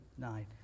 nine